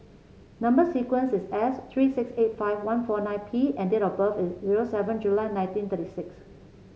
number sequence is S three six eight five one four nine P and date of birth is zero seven July nineteen thirty six